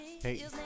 hey